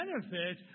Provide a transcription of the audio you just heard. benefit